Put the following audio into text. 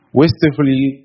wastefully